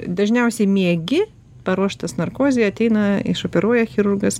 dažniausiai miegi paruoštas narkozei ateina išoperuoja chirurgas